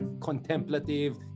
contemplative